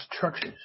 churches